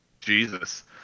Jesus